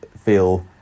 feel